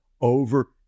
over